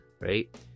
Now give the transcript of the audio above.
Right